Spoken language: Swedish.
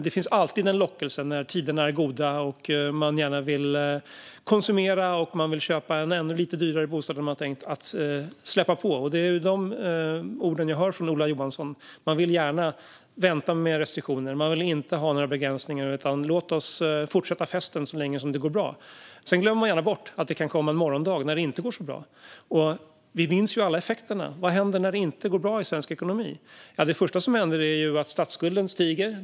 Det finns alltid en lockelse när tiderna är goda att konsumera mer och köpa en ännu lite dyrare bostad. Det är dessa ord jag hör från Ola Johansson. Han vill vänta med restriktioner och inte ha några begränsningar utan fortsätta festen så länge det går bra. Ola Johansson glömmer dock att det kan komma en morgondag då det inte går så bra. Men vi minns effekterna. Vad händer när det inte går så bra i svensk ekonomi? Det första som händer är att statsskulden stiger.